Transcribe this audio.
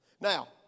Now